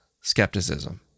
skepticism